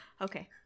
Okay